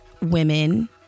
women